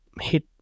hit –